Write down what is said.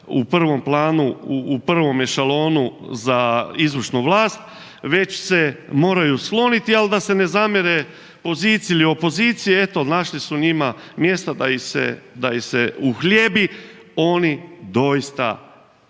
u prvom planu, u prvom ešalonu za izvršnu vlast, već se moraju skloniti ali da se ne zamjere poziciji ili opoziciji eto našli su njima mjesta da ih se uhljebi, oni doista,